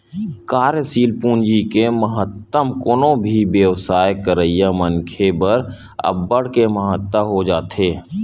कार्यसील पूंजी के महत्तम कोनो भी बेवसाय करइया मनखे बर अब्बड़ के महत्ता हो जाथे